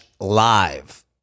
live